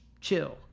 chill